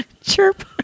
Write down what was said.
Chirp